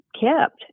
kept